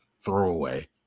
throwaway